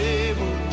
able